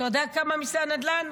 אתה יודע כמה מיסי הנדל"ן?